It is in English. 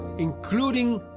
including.